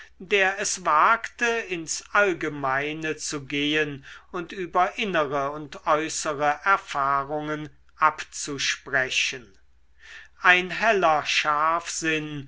der es wagte ins allgemeine zu gehen und über innere und äußere erfahrungen abzusprechen ein heller